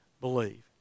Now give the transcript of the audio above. believe